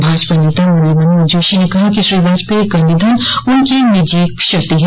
भाजपा नेता मुरली मनोहर जोशी ने कहा कि श्री वाजपेयी का निधन उनकी निजी क्षति है